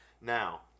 Now